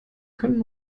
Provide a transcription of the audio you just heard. können